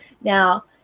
now